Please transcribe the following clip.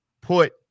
put